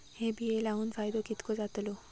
हे बिये लाऊन फायदो कितको जातलो?